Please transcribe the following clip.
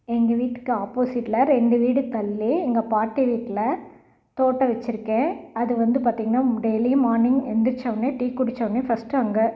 எங்கள் வீட்டுக்கு ஆப்போசிட்டில் ரெண்டு வீடு தள்ளி எங்கள் பாட்டி வீட்டில் தோட்டம் வச்சிருக்கேன் அது வந்து பார்த்திங்கன்னா டெய்லியும் மார்னிங் எழுந்திரிச்சவோனே டீ குடிச்சோனே ஃபஸ்ட்டு அங்கே